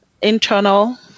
internal